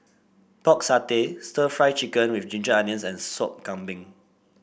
Pork Satay stir Fry Chicken with Ginger Onions and Sop Kambing